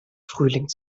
frühling